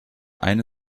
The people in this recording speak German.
eine